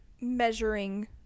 measuring